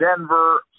Denver